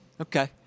Okay